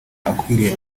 akwiye